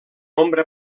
ombra